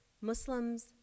Muslims